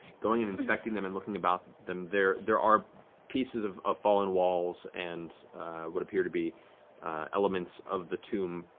going to and inspect and them, and looking about them, there there are pieces of ah fallen walls and what appear to be elements of the tomb,